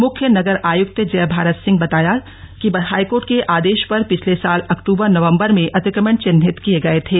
मुख्य नगर आयुक्त जय भारत सिंह बताया कि हाईकोर्ट के आदेश पर पिछले साल अक्टूबर नवंबर में अतिक्रमण चिन्हित किये गए थे